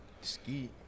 Ski